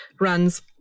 runs